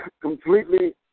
completely